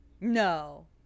no